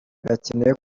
birakenewe